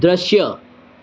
દૃશ્ય